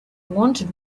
wanted